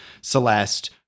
Celeste